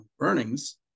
earnings